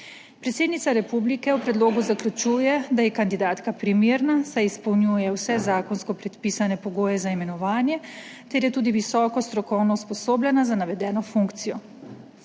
Predsednica republike v predlogu zaključuje, da je kandidatka primerna, saj izpolnjuje vse zakonsko predpisane pogoje za imenovanje ter je tudi visoko strokovno usposobljena za navedeno funkcijo.